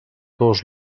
dos